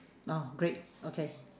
oh great okay